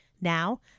Now